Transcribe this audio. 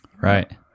Right